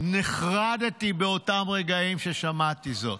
נחרדתי באותם רגעים, כששמעתי זאת.